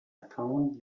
found